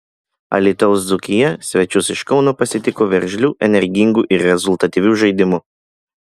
alytaus dzūkija svečius iš kauno pasitiko veržliu energingu ir rezultatyviu žaidimu